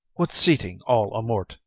what, sweeting, all amort?